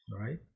right